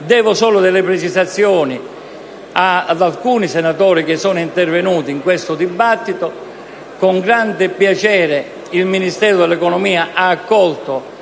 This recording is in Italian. Devo solo delle precisazioni ad alcuni dei senatori intervenuti in questo dibattito. Con grande piacere, il Ministero dell'economia ha accolto